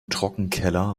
trockenkeller